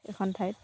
এখন ঠাইত